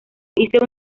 hice